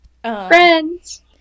Friends